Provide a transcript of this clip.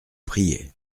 prier